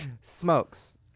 Smokes